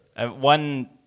one